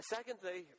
Secondly